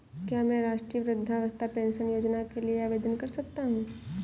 क्या मैं राष्ट्रीय वृद्धावस्था पेंशन योजना के लिए आवेदन कर सकता हूँ?